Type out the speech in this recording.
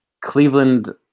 Cleveland